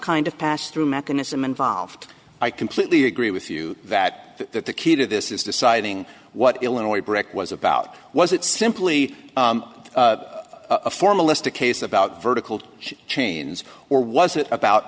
kind of pass through mechanism involved i completely agree with you that that the key to this is deciding what illinois brick was about was it simply a formalistic case about vertical chains or was it about